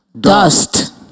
Dust